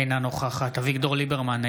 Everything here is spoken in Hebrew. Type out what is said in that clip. אינה נוכחת אביגדור ליברמן,